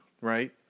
right